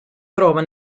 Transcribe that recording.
trova